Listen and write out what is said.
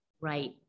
right